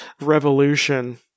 revolution